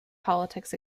politics